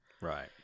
Right